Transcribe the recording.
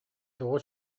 тоҕо